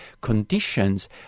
conditions